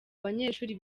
banyeshuri